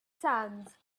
sand